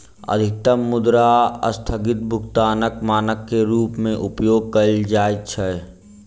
अधिकतम मुद्रा अस्थगित भुगतानक मानक के रूप में उपयोग कयल जाइत अछि